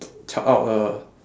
try out a